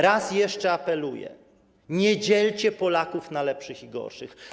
Raz jeszcze apeluję: nie dzielcie Polaków na lepszych i gorszych.